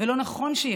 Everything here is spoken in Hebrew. ולא נכון שיחכה.